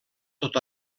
tot